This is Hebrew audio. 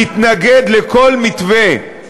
להתנגד לכל מתווה,